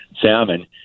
salmon